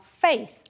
faith